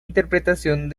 interpretación